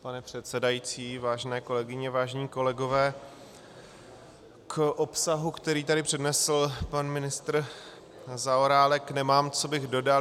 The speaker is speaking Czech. Pane předsedající, vážené kolegyně, vážení kolegové, k obsahu, který tady přednesl pan ministr Zaorálek, nemám, co bych dodal.